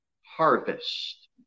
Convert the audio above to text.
harvest